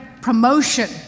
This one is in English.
promotion